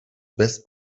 bez